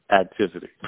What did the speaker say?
activity